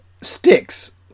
sticks